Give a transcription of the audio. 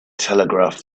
telegraph